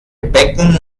becken